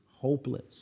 hopeless